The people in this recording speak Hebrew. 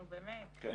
נו, באמת.